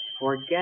Forget